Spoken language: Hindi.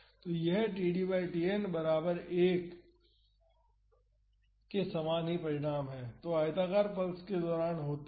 तो यह td बाई Tn बराबर 1 के समान ही परिणाम है जो आयताकार पल्स के दौरान होते है